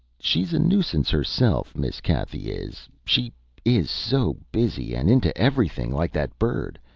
she's a nuisance herself, miss cathy is, she is so busy, and into everything, like that bird.